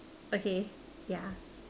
okay yeah